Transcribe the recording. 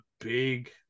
big